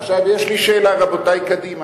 עכשיו יש לי שאלה, רבותי מקדימה.